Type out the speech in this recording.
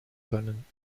können